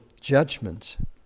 judgment